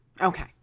Okay